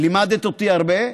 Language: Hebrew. לימדת אותי הרבה,